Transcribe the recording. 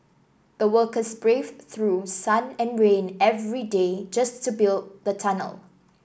the workers braved through sun and rain every day just to build the tunnel